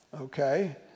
Okay